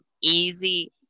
easy